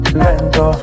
lento